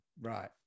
right